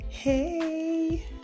Hey